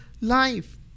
life